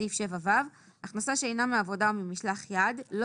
הכנסה שאינה הכנסה מעבודה או ממשלח יד לא